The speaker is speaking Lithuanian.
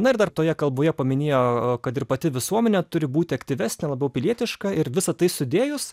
na ir dar toje kalboje paminėjo kad ir pati visuomenė turi būti aktyvesnė labiau pilietiška ir visa tai sudėjus